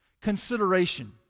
Consideration